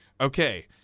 Okay